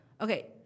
Okay